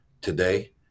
today